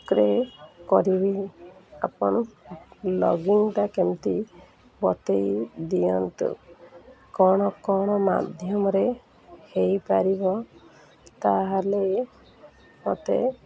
କରିବି ଆପଣ ଲଗ୍ଇନ୍ଟା କେମିତି ବତେଇ ଦିଅନ୍ତୁ କ'ଣ କ'ଣ ମାଧ୍ୟମରେ ହୋଇପାରିବ ତା'ହେଲେ ମୋତେ